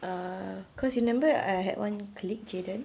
err because remember I had one colleague jaden